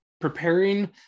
preparing